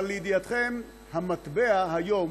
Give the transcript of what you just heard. אבל לידיעתכם, המטבע היום